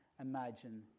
imagine